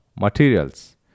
materials